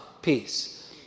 peace